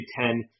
Ten